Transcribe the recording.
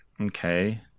Okay